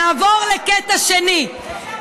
נעבור לקטע שני.